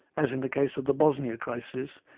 as in the case of the bosnia crisis,